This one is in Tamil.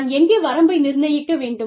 நான் எங்கே வரம்பை நிர்ணயிக்க வேண்டும்